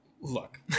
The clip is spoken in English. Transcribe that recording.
look